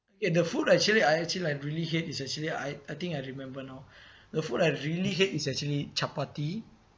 yeah the food actually I actually like really hate is actually I I think I remember now the food I really hate is actually chapati